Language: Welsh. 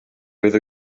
fydd